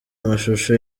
amashusho